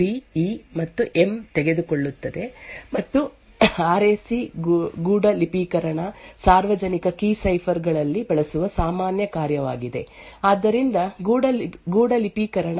ಈಗ ನಾವು S S L encryption ಅನ್ನು ಹೊಂದಿದ್ದೇವೆ ಮತ್ತು ಎಸ್ ಎಸ್ ಎಲ್ ಎನ್ಕ್ರಿಪ್ಶನ್ ಈ ರೀತಿ ಕಾಣುತ್ತದೆ ಎಂದು ಹೇಳೋಣ ಈ ಕಾರ್ಯವನ್ನು ಘಾತಾಂಕ ಎಂದು ಕರೆಯಲಾಗುತ್ತದೆ ಇದು 3 ಮೌಲ್ಯಗಳನ್ನು ಬಿ ಈ ಮತ್ತು ಎಂ ತೆಗೆದುಕೊಳ್ಳುತ್ತದೆ ಮತ್ತು ಇದು ಸಾರ್ವಜನಿಕ ಕೀ ಸೈಫರ್ ಗಳಲ್ಲಿ ಬಳಸುವ ಸಾಮಾನ್ಯ ಕಾರ್ಯವಾಗಿದೆ ಆರ್ ಎಸಿ ಗೂಢಲಿಪೀಕರಣ